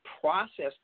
process